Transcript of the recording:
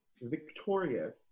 Victorious